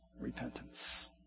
repentance